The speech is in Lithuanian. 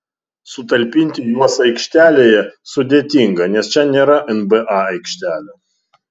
sutalpinti juos aikštelėje sudėtinga nes čia nėra nba aikštelė